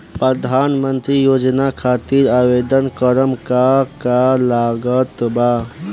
प्रधानमंत्री योजना खातिर आवेदन करम का का लागत बा?